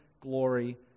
glory